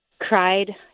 cried